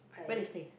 where they stay